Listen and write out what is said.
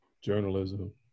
journalism